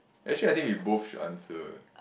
actually I think we both should answer